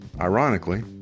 Ironically